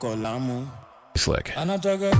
Slick